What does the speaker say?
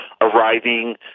arriving